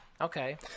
Okay